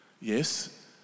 Yes